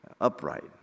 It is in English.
upright